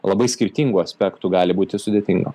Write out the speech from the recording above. labai skirtingų aspektų gali būti sudėtinga